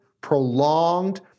prolonged